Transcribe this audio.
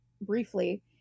briefly